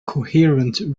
coherent